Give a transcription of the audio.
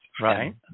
right